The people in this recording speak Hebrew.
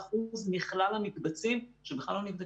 75% מכלל המקבצים שבכלל לא נבדקים.